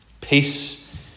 Peace